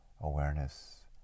awareness